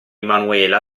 manuela